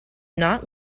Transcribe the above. not